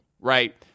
right